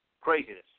craziness